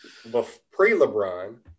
pre-LeBron